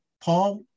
Paul